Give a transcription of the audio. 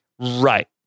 right